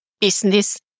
business